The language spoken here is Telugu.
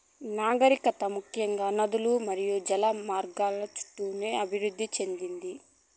నాగరికత ముఖ్యంగా నదులు మరియు జల మార్గాల చుట్టూనే అభివృద్ది చెందింది